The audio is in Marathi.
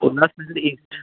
उल्हासनगर ईस्ट